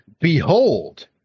behold